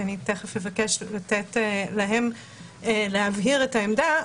ואני תיכף אבקש לתת להם להבהיר את העמדה,